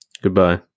Goodbye